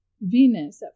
Venus